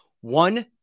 One